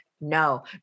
No